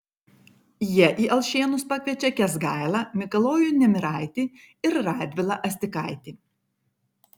jie į alšėnus pakviečia kęsgailą mikalojų nemiraitį ir radvilą astikaitį